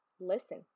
listen